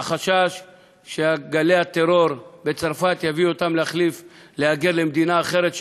הוא שגלי הטרור בצרפת יביאו אותם להגר למדינה אחרת,